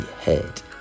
head